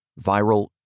Viral